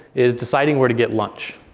is deciding where to get lunch.